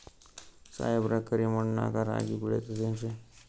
ಸಾಹೇಬ್ರ, ಕರಿ ಮಣ್ ನಾಗ ರಾಗಿ ಬೆಳಿತದೇನ್ರಿ?